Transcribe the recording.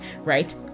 right